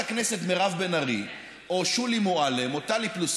משטרת חקיקה ומשטרת מי יהודי יותר או מי ציוני פחות,